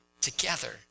together